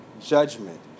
judgment